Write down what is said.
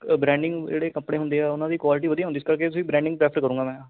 ਅ branding ਜਿਹੜੇ ਕੱਪੜੇ ਹੁੰਦੇ ਹੈ ਉਨ੍ਹਾਂ ਦੀ ਕੁਆਲਟੀ ਵਧੀਆ ਹੁੰਦੀ ਇਸ ਕਰਕੇ ਤੁਸੀਂ ਬਰੈਂਡਿੰਗ ਪ੍ਰੈਫਰ ਕਰੂੰਗਾ ਮੈਂ